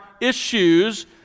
issues